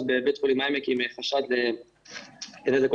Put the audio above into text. בבית חולים העמק עם חשד למשהו בכליות.